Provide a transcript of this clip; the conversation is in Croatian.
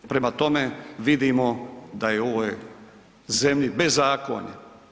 Prema tome, vidimo da je u ovoj zemlji bezakonje.